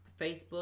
Facebook